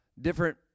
different